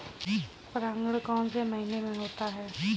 परागण कौन से महीने में होता है?